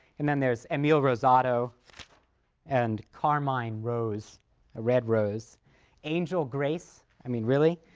and then there's emile rosado and carmine rose a red rose angel, grace i mean really